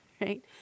Right